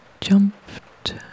jumped